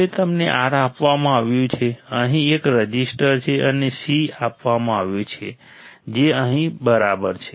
હવે તમને R આપવામાં આવ્યું છે અહીં એક રઝિસ્ટર છે અમને c આપવામાં આવ્યું છે જે અહીં બરાબર છે